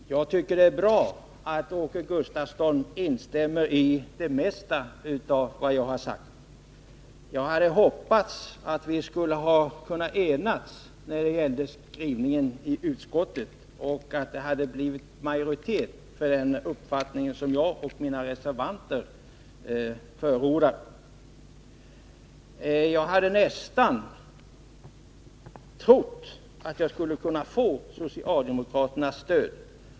Herr talman! Jag tycker att det är bra att Åke Gustavsson instämmer i det mesta av vad jag har sagt. Jag hade hoppats att vi skulle ha kunnat enas när det gäller skrivningen i utskottet så att det hade blivit majoritet för den uppfattning som jag och mina medreservanter förordar. Jag hade nästan trott att vi skulle kunna få socialdemokraternas stöd.